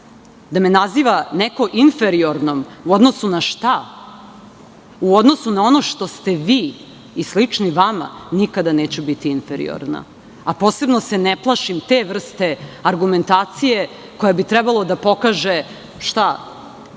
da me naziva neko inferiornom u odnosu na šta? U odnosu na ono što ste vi i slični vama nikada neću biti inferiorna, a posebno se ne plašim te vrste argumentacije koja bi trebalo da pokaže